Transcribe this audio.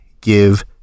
give